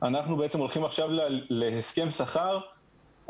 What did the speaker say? אנחנו בעצם הולכים עכשיו להסכם שכר על